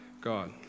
God